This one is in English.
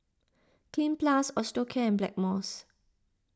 Cleanz Plus Osteocare and Blackmores